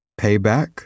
Payback